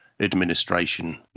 administration